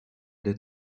did